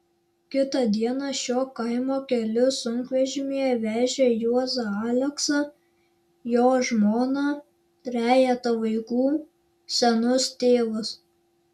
kitą dieną šiuo kaimo keliu sunkvežimyje vežė juozą aleksą jo žmoną trejetą vaikų senus tėvus